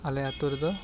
ᱟᱞᱮ ᱟᱛᱳ ᱨᱮᱫᱚ